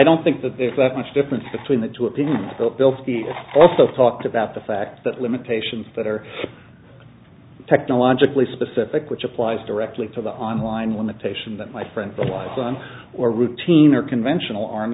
don't think that there's that much difference between the two opinions bill speed also talked about the fact that limitations that are technologically specific which applies directly to the online limitation that my friend the wise son or routine or conventional ar